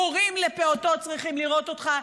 הורים לפעוטות צריכים לראות אותך,